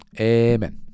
Amen